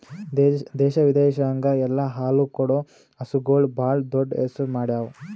ದೇಶ ವಿದೇಶದಾಗ್ ಎಲ್ಲ ಹಾಲು ಕೊಡೋ ಹಸುಗೂಳ್ ಭಾಳ್ ದೊಡ್ಡ್ ಹೆಸರು ಮಾಡ್ಯಾವು